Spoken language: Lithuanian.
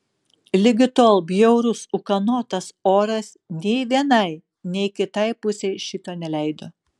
ligi tol bjaurus ūkanotas oras nei vienai nei kitai pusei šito neleido